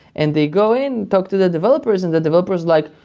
and they go in, talk to the developers and the developers like,